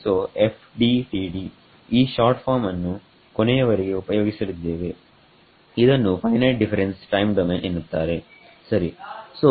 ಸೋFDTD ಈ short form ಅನ್ನು ಕೊನೆಯವರೆಗೆ ಉಪಯೋಗಿಸಲಿದ್ದೇವೆಇದನ್ನು ಫೈನೈಟ್ ಡಿಫರೆನ್ಸ್ ಟೈಮ್ ಡೊಮೈನ್ ಎನ್ನುತ್ತಾರೆ ಸರಿ